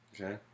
Okay